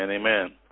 Amen